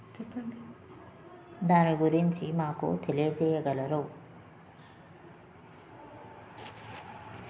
దానిగురించి మాకు తెలియజేయగలరు